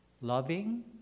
loving